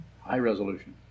High-resolution